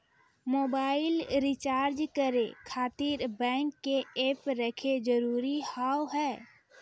Mobile recharge करे खातिर bank के ऐप रखे जरूरी हाव है?